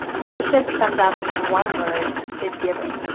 worship summed up in one word is giving.